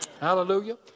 Hallelujah